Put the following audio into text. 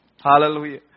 Hallelujah